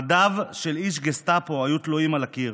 מדיו של איש גסטאפו היו תלויים על הקיר.